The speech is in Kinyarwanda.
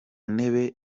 ntebe